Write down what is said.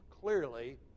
clearly